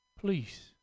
please